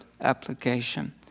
application